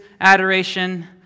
adoration